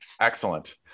Excellent